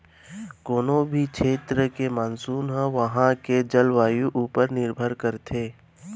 कोनों भी छेत्र के मानसून ह उहॉं के जलवायु ऊपर निरभर करथे